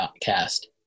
cast